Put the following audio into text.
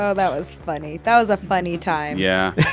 ah that was funny. that was a funny time. yeah,